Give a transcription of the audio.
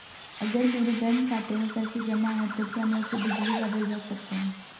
अगर मेरे बैंक खाते में पैसे जमा है तो क्या मैं उसे बिजली का बिल भर सकता हूं?